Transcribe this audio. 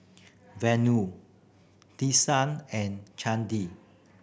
Vanu and Chandi